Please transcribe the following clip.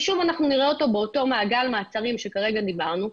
ושוב אנחנו נראה אותו באותו מעגל מעצרים שכרגע דיברנו,